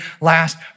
last